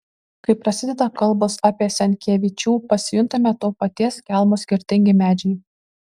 kai prasideda kalbos apie senkievičių pasijuntame to paties kelmo skirtingi medžiai